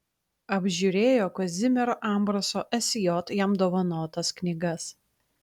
apžiūrėjo kazimiero ambraso sj jam dovanotas knygas